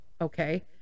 okay